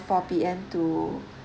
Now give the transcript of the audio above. four P_M to